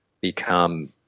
become